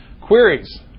Queries